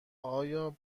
آیا